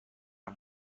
نمی